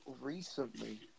Recently